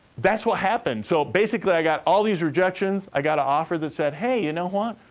that's what happened. so, basically, i got all these rejections. i got a offer that said, hey, you know what?